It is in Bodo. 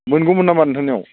मोनगौमोन नामा नोंथांनियाव